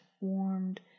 warmed